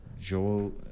joel